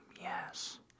yes